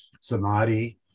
samadhi